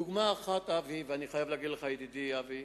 דוגמה אחת, אבי, ואני חייב להגיד לך, ידידי אבי,